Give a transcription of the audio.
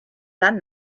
done